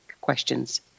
questions